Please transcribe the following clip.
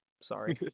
Sorry